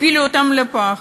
הפילה אותם בפח.